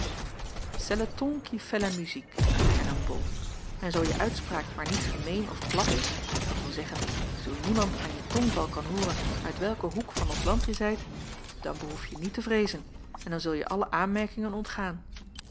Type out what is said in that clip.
ton qui fait la musique hernam bol en zoo je uitspraak maar niet gemeen of plat is dat wil zeggen zoo niemand aan je tongval kan hooren uit welken hoek van ons land je zijt dan behoef je niet te vreezen en dan zulje alle aanmerkingen ontgaan